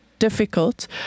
difficult